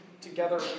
together